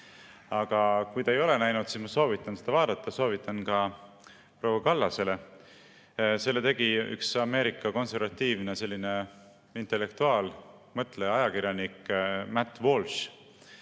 Kui te ei ole näinud, siis ma soovitan seda vaadata. Soovitan seda ka proua Kallasele. Selle tegi üks Ameerika konservatiivne intellektuaal, mõtleja, ajakirjanik Matt Walsh.